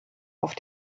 auf